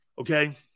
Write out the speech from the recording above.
Okay